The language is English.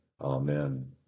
Amen